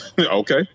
Okay